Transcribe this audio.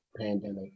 pandemic